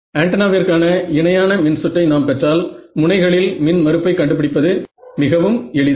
ஆன்டென்னாவிற்கான இணையான மின்சுற்றை நாம் பெற்றால் முனைகளில் மின் மறுப்பை கண்டுபிடிப்பது மிகவும் எளிது